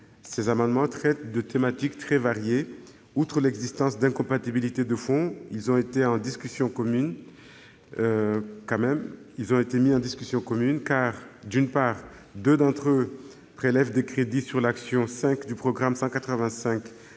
Ces amendements traitent de thématiques très variées. Malgré l'existence d'incompatibilités de fond, ils ont été inscrits en discussion commune, car, d'une part, deux d'entre eux visent à prélever des crédits sur l'action n° 05 du programme 185